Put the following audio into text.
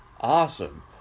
awesome